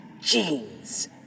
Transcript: jeans